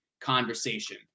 conversation